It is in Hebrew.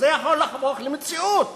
וזה יכול להפוך למציאות